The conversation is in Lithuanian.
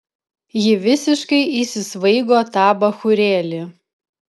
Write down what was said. ji visiškai įsisvaigo tą bachūrėlį